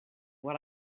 what